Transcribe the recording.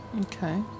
Okay